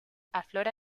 aflora